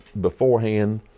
beforehand